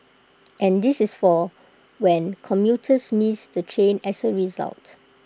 and this is for when commuters miss the train as A result